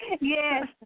Yes